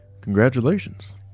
congratulations